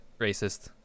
racist